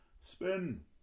Spin